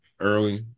early